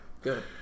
good